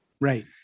Right